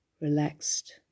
relaxed